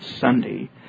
Sunday